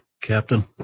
Captain